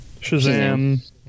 Shazam